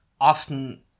often